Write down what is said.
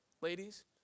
Ladies